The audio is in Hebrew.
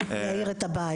טל מעמותת 'להאיר את הבית'.